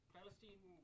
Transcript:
Palestine